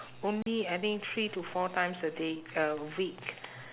only I think three to four times a day a week